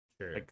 Sure